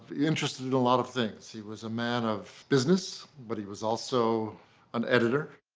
interested in a lot of things. he was a man of business, but he was also an editor,